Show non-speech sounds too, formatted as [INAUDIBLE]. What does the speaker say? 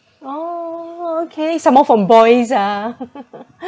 oh okay some more from boys ah [LAUGHS]